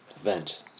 event